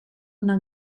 una